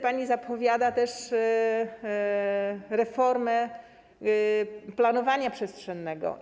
Pani zapowiada również reformę planowania przestrzennego.